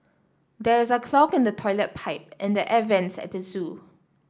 there is a clog in the toilet pipe and the air vents at the zoo